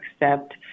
accept